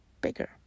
bigger